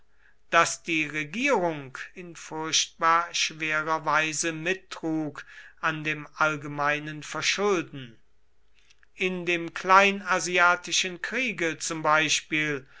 daß die regierung in furchtbar schwerer weise mittrug an dem allgemeinen verschulden in dem kleinasiatischen kriege zum beispiel